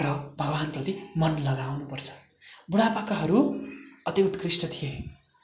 र भगवान्प्रति मन लगाउनु पर्छ बुढापाकाहरू अति उत्कृष्ट थिए